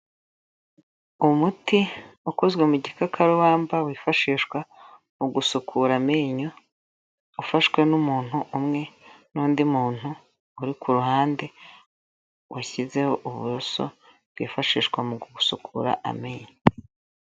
Umuti ukozwe mu gikakarubamba wifashishwa mu gusukura amenyo ufashwe n'umuntu umwe n'undi muntu uri ku ruhande washyizeho uburoso bwifashishwa mu gusukura amenyo.